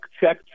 check